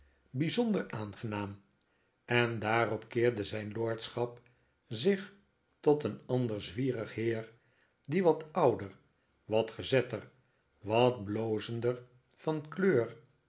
bijzonder aangenaam en daarop keerde zijn lordschap zich tot een ander zwierig heer die wat ouder wat gezetter wat blozender van kleur